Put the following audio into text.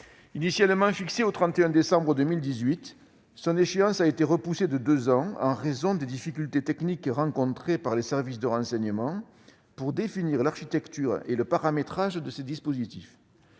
Initialement fixée au 31 décembre 2018, l'échéance de cette expérimentation a été repoussée de deux ans, en raison des difficultés techniques rencontrées par les services de renseignement pour définir l'architecture et le paramétrage du dispositif.